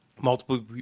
Multiple